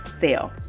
sale